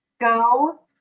go